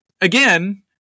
Again